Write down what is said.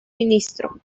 ministro